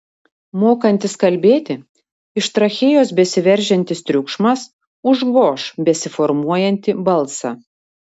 mokantis kalbėti iš trachėjos besiveržiantis triukšmas užgoš besiformuojantį balsą